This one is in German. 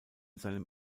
seinem